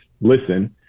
listen